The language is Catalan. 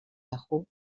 yahoo